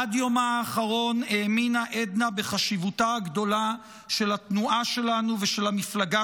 עד יומה האחרון האמינה עדנה בחשיבותה הגדולה של התנועה שלנו ושל המפלגה